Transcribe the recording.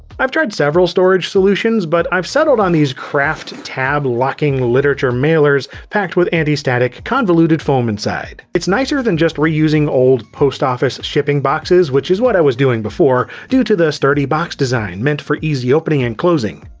i've tried several storage solutions, but i've settled on these kraft tab locking literature mailers packed with antistatic convoluted foam inside. it's nicer than just reusing old post office shipping boxes, which is what i was doing before, due to the sturdy box design meant for easy opening and closing.